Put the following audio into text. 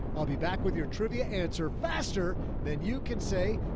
i'll be back with your trivia answer faster than you can say.